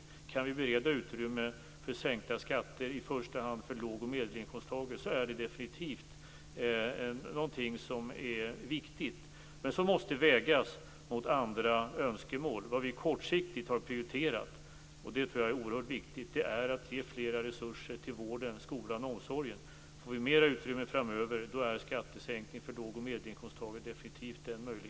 Att kunna bereda utrymme för sänkta skatter för i första hand låg och medelinkomsttagare är definitivt någonting viktigt. Men det måste vägas mot andra önskemål. Vad vi kortsiktigt har prioriterat, och det är oerhört viktigt, är att ge mer resurser till vården, skolan och omsorgen. Får vi mera utrymme framöver är en skattesänkning för låg och medelinkomsttagare definitivt möjlig.